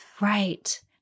Right